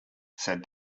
said